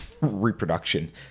reproduction